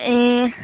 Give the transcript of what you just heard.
ए